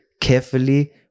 carefully